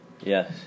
Yes